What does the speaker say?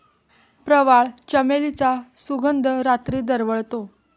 प्रवाळ, चमेलीचा सुगंध रात्री दरवळतो